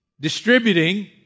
distributing